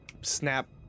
snap